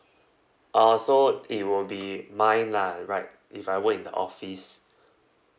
ah so it will be mine lah right if I work in the office